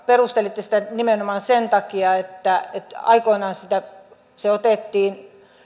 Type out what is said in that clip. perustelitte sitä nimenomaan sillä että aikoinaan se otettiin